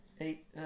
Eight